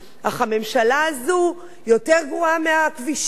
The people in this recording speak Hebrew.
אך הממשלה הזאת יותר גרועה מהכבישים.